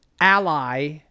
ally